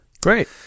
Great